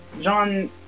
John